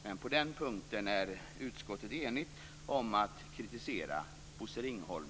Men på den punkten är utskottet enigt om att kritisera Bosse Ringholm.